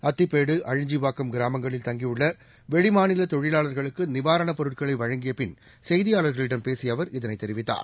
அத்திப்பேடு அழிஞ்சிவாக்கம் கிராமங்களில் தங்கியுள்ள வெளிமாநில தொழிவாள்களுக்கு நிவாரணப் பொருட்களை வழங்கிய பின் செய்தியாளர்களிடம் பேசிய அவர் இதனை தெரிவித்தார்